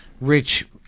rich